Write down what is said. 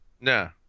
no